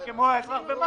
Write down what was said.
הוא מקבל כמו אזרח במזרעה.